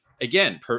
again